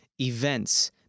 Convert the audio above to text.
events